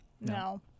No